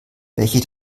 welche